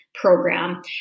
Program